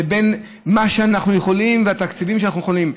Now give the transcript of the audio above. לבין מה שאנחנו יכולים והתקציבים שאנחנו יכולים.